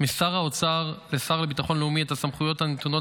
משר האוצר לשר לביטחון לאומי את הסמכויות הנתונות